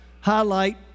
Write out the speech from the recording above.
highlight